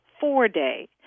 four-day